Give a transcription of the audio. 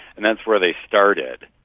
and that's where they started.